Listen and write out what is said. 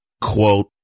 quote